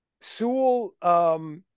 Sewell –